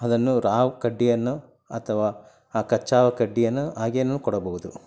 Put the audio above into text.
ಅದನ್ನು ರಾವ್ ಕಡ್ಡಿಯನ್ನು ಅಥವಾ ಆ ಕಚ್ಚಾ ಕಡ್ಡಿಯನ್ನು ಹಾಗೆಯೂ ಕೊಡಬಹುದು